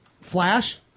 Flash